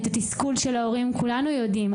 את התסכול של ההורים, כולנו יודעים.